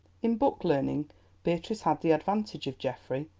in book-learning beatrice had the advantage of geoffrey,